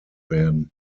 werden